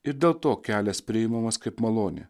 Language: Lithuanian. ir dėl to kelias priimamas kaip malonė